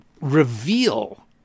reveal